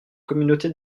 communauté